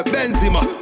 Benzema